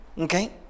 Okay